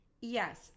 Yes